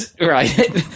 Right